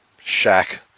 shack